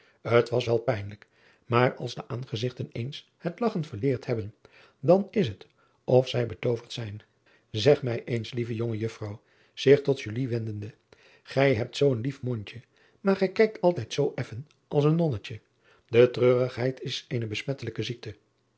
t as wel wat pijnlijk maar als de aangezigten eens het lagchen verleerd hebben dan is het of zij betooverd zijn eg mij eens lieve jonge juffrouw zich tot wendende gij hebt zoo een lief mondje maar gij kijkt altijd zoo effen als een nonnetje e treurigheid is eene besmettelijke ziekte